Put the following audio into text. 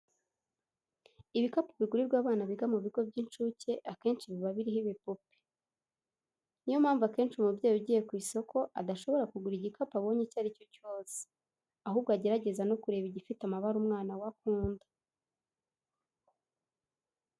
Ibikapu bigurirwa abana biga mu bigo by'incuke akenshi biba biriho ibipupe. Ni yo mpamvu akenshi umubyeyi ugiye ku isoko adashobora kugura igikapu abonye icyo ari cyo cyose, ahubwo agerageza no kureba igifite amabara umwana we akunda.